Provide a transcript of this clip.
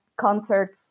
concerts